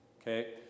Okay